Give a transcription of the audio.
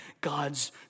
God's